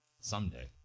Someday